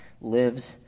lives